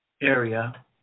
area